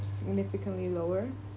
significantly lower